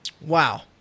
Wow